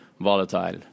volatile